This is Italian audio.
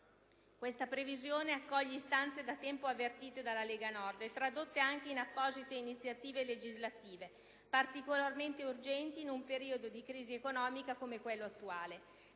Questa previsione accoglie istanze da tempo avvertite dalla Lega Nord e tradotte anche in apposite iniziative legislative, particolarmente urgenti in un periodo di crisi economica come quello attuale.